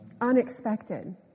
unexpected